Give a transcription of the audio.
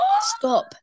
Stop